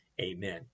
Amen